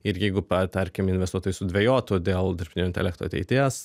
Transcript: ir jeigu pa tarkim investuotojai sudvejotų dėl dirbtinio intelekto ateities